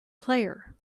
player